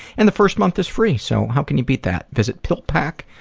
and the first month is free so how can you beat that. visit pillpack.